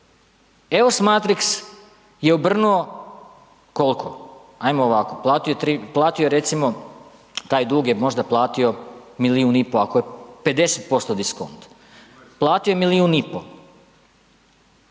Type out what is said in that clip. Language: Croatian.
EOS Matrix je obrnuo, koliko, ajmo ovako, platio je recimo, taj dug je možda platio milijun i pol ako je 50% diskont, platio je milijun i pol,